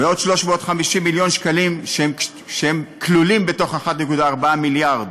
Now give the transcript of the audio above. ועוד 350 מיליון שקלים שכלולים בתוך 1.4 המיליארד